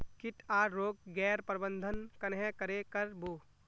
किट आर रोग गैर प्रबंधन कन्हे करे कर बो?